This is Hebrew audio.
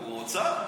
הוא הוצא?